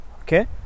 Okay